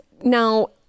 Now